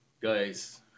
Guys